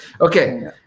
Okay